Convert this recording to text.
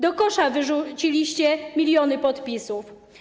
Do kosza wyrzuciliście miliony podpisów.